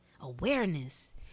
Awareness